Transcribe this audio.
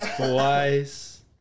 twice